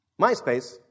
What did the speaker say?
MySpace